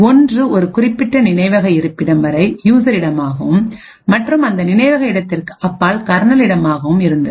ஒன்று ஒரு குறிப்பிட்ட நினைவக இருப்பிடம் வரை யூசர் இடமாகவும் மற்றும் அந்த நினைவக இடத்திற்கு அப்பால் கர்னல் இடமாகவும் இருந்தது